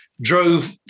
drove